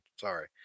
Sorry